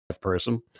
person